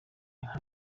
nta